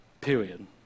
period